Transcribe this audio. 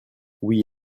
oui